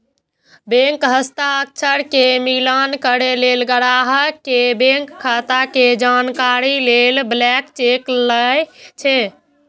bank हस्ताक्षर के मिलान करै लेल, ग्राहक के बैंक खाता के जानकारी लेल ब्लैंक चेक लए छै